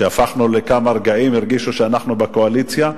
שהפכנו, לכמה רגעים הרגישו שאנחנו בקואליציה.